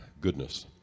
goodness